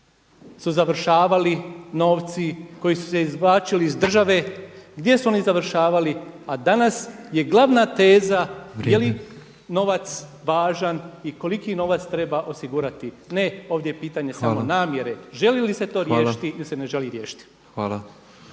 su završavali novci koji su se izvlačili iz države gdje su oni završavali a danas je glavna teza je li novac važan i koliki novac treba osigurati, ne ovdje je pitanje samo namjere, želi li se to riješiti ili se ne želi riješiti?